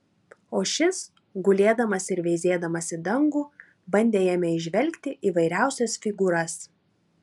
o šis gulėdamas ir veizėdamas į dangų bandė jame įžvelgti įvairiausias figūras